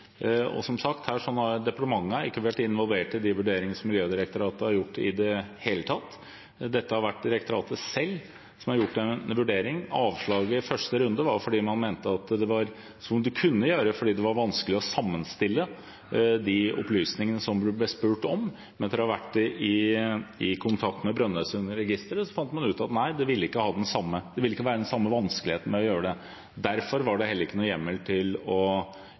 og som sagt har departementet ikke i det hele tatt vært involvert i de vurderingene Miljødirektoratet har gjort. Det er direktoratet selv som har gjort en vurdering. Avslaget i første runde kom fordi man mente at det var noe man kunne gjøre fordi det var vanskelig å sammenstille de opplysningene som det ble spurt om. Men etter å ha vært i kontakt med Brønnøysundregisteret fant man ut at det ville ikke være den samme vanskeligheten med å gjøre det. Derfor var det heller ikke noen hjemmel for å